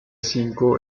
cinco